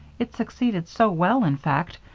it succeeded so well, in fact,